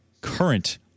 current